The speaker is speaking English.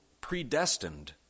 predestined